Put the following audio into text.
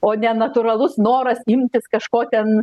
o ne natūralus noras imtis kažko ten